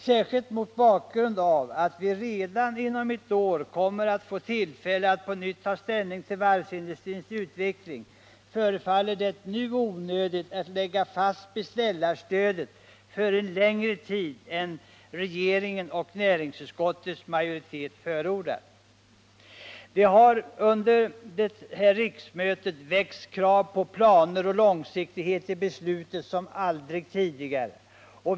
Särskilt mot bakgrund av att vi redan inom ett år kommer att få tillfälle att på nytt ta ställning till varvsindustrins utveckling förefaller det nu onödigt att lägga fast beställarstödet för en längre tid än regeringen och näringsutskottets majoritet förordar. Det har under det här riksmötet rests krav på planer och långsiktighet i besluten som aldrig tidigare.